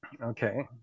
Okay